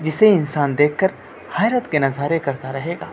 جسے انسان دیکھ کر حیرت کے نظارے کرتا رہے گا